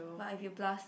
but if you plus